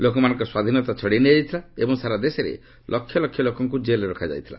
ଲୋକମାନଙ୍କର ସ୍ୱାଧୀନତା ଛଡ଼ାଇ ନିଆଯାଇଥିଲା ଏବଂ ସାରା ଦେଶର ଲକ୍ଷ ଲକ୍ଷ ଲୋକଙ୍କୁ ଜେଲ୍ରେ ରଖାଯାଇଥିଲା